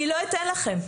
אני לא אתן לכם,